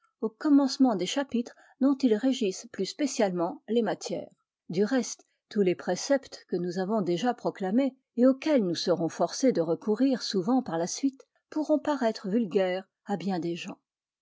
au commencement des chapitres dont ils régissent plus spécialement les matières du reste tous les préceptes que nous avons déjà proclamés et auxquels nous serons forcé de recourir souvent par la suite pourront paraître vulgaires à bien des gens